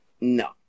no